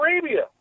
Arabia